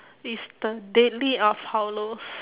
is the deadly of hallows